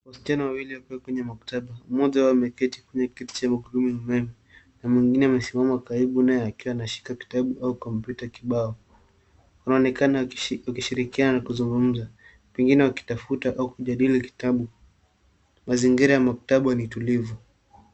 Wasichana wawili wakiwa chenye maktaba, mmoja wao ameketi kwenye kiti cha magurudumu ya umeme, na mwingine amesimama karibu naye akiwa anashika kitabu, au kompyuta kibao. Wanaonekana wakishirikiana kuzungumza, pengine wakitafuta au kujadili kitabu. Mazingira ya maktaba ni tulivu.